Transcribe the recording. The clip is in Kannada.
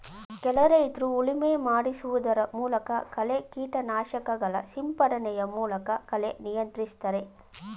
ಕೆಲ ರೈತ್ರು ಉಳುಮೆ ಮಾಡಿಸುವುದರ ಮೂಲಕ, ಕಳೆ ಕೀಟನಾಶಕಗಳ ಸಿಂಪಡಣೆಯ ಮೂಲಕ ಕಳೆ ನಿಯಂತ್ರಿಸ್ತರೆ